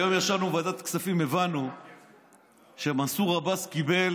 היום ישבנו בוועדת כספים והבנו שמנסור עבאס קיבל